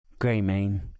Greymane